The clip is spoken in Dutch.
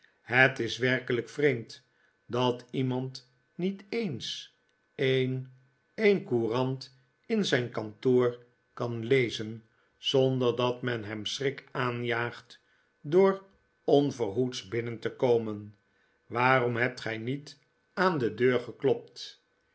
het is werkelijk vreemd dat iemand niet eens een een courant in zijn kantoor kan lezen zonder dat men hem schrik aanjaagt door onverhoeds binnen te komen waarom hebt gij niet aan de deur geklopt